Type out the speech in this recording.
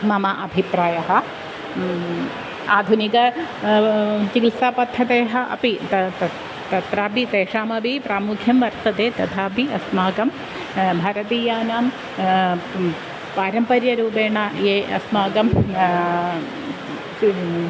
मम अभिप्रायः आधुनिक चिकित्सापद्धतयः अपि ता तत् तत्रापि तेषामपि प्रामुख्यं वर्तते तथापि अस्माकं भरतीयानां पारम्पर्यरूपेण ये अस्माकं